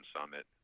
summit